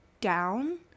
down